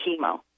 chemo